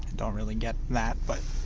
don't really get that but